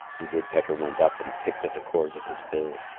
and woodpecker went up and picked at the cord with his bill.